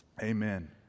Amen